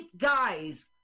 guys